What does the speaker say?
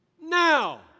now